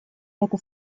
это